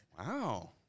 Wow